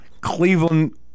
Cleveland